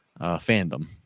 fandom